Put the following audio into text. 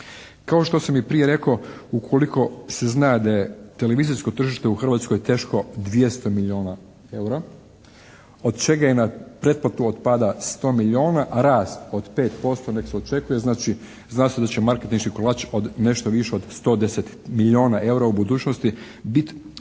Kao što sam i prije rekao ukoliko se zna da je televizijsko tržište u Hrvatskoj teško 200 milijona eura, od čega je na pretplatu otpada 100 milijona, a rast od 5% nek se očekuje, znači zna se da će marketinški kolač od nešto više od 110 milijona eura u budućnosti biti